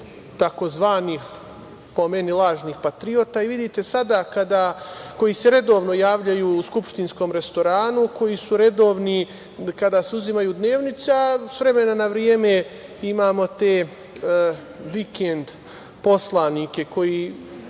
tzv, po meni, lažnih patriota koji se redovno javljaju u skupštinskom restoranu, koji su redovni kada se uzimaju dnevnice, a sa vremena na vreme imamo te vikend poslanike koji